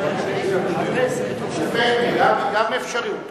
היא גם אפשרות,